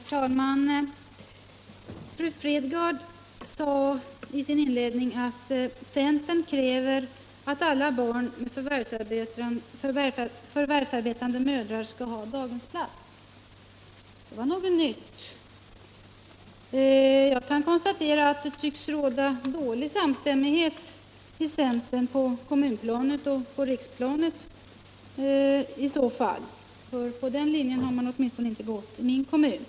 Herr talman! Fru Fredgardh sade i sin inledning att centern kräver att alla barn med förvärvsarbetande mödrar skall ha daghemsplats. Det var något nytt. Jag kan konstatera att det tycks råda dålig samstämmighet i centern på kommunplanet och på riksplanet i så fall, för på den linjen har man åtminstone inte gått i min hemkommun.